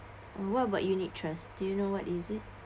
uh what about unit trust do you know what is it